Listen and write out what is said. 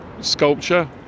sculpture